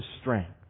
strength